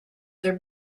their